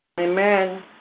Amen